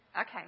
Okay